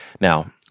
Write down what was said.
Now